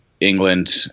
England